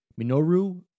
Minoru